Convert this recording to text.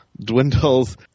dwindles